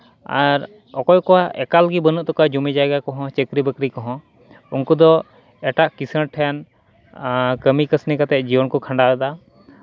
ᱟᱨ ᱚᱠᱚᱭ ᱠᱚᱣᱟᱜ ᱮᱠᱟᱞ ᱜᱮ ᱵᱟᱹᱱᱩᱜ ᱛᱟᱠᱚᱣᱟ ᱡᱚᱢᱤ ᱡᱟᱭᱜᱟ ᱠᱚᱦᱚᱸ ᱪᱟᱹᱠᱨᱤ ᱵᱟᱹᱠᱨᱤ ᱠᱚᱦᱚᱸ ᱩᱱᱠᱩ ᱫᱚ ᱮᱴᱟᱜ ᱠᱤᱥᱟᱹᱲ ᱴᱷᱮᱱ ᱠᱟᱹᱢᱤ ᱠᱟᱹᱥᱱᱤ ᱠᱟᱛᱮᱫ ᱡᱤᱭᱚᱱ ᱠᱚ ᱠᱷᱟᱸᱰᱟᱣᱮᱫᱟ